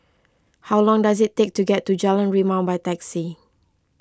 how long does it take to get to Jalan Rimau by taxi